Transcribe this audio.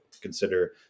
consider